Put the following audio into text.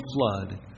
flood